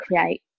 create